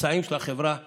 בפצעים של החברה הישראלית,